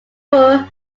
were